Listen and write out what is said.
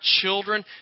children